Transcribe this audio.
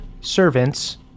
servants